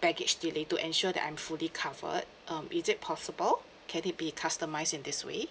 baggage delay to ensure that I'm fully covered um is it possible can it be customised in this way